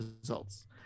results